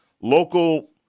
local